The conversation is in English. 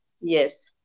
Yes